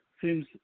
seems